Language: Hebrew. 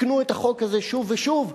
תיקנו את החוק הזה שוב ושוב,